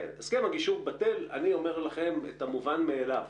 הסכם הגישור בטל אני אומר לכם את המובן מאליו,